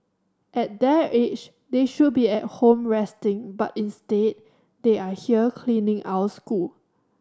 at their age they should be at home resting but instead they are here cleaning our school